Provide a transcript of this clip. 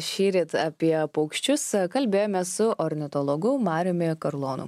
šįryt apie paukščius kalbėjome su ornitologu mariumi karlonu